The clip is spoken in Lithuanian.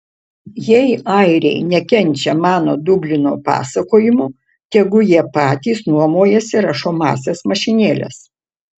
jei airiai nekenčia mano dublino pasakojimų tegu jie patys nuomojasi rašomąsias mašinėles